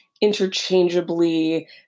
interchangeably